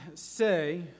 Say